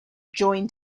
joined